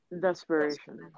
Desperation